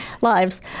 lives